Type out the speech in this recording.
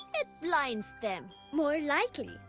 it blinds them. more likely,